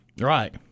Right